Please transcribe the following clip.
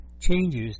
changes